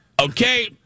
Okay